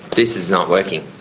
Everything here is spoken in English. this is not working'?